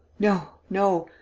no, no!